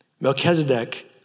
Melchizedek